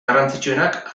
garrantzitsuenak